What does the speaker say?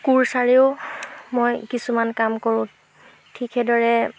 কোৰচাৰেও মই কিছুমান কাম কৰোঁ ঠিক সেইদৰে